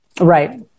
Right